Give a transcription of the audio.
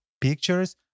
pictures